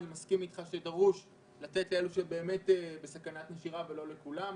אני מסכים איתך שדרוש לתת לאלו שבאמת בסכנת נשירה ולא לכולם.